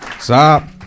Stop